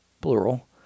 plural